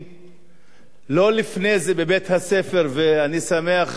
ואני שמח ורוצה לברך את יושבת-ראש ועדת החינוך,